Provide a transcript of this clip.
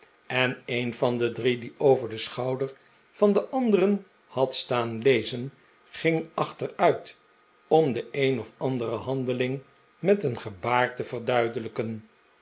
en een van de drie die over den schouder van de anderen had staan lezen ging achteruit om de een of andere handeling met een gebaar te verduidelijken